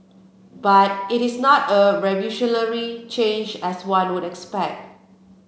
but it is not a revolutionary change as one would expect